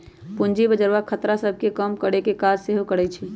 पूजी बजार खतरा सभ के कम करेकेँ काज सेहो करइ छइ